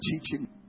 teaching